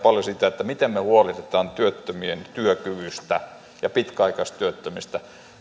paljon siitä miten me huolehdimme työttömien työkyvystä ja pitkäaikaistyöttömistä